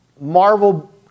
Marvel